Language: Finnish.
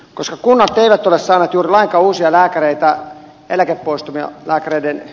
koska kunnat eivät ole saaneet juuri lainkaan uusia lääkäreitä pelätä poistuvien lääkäreiden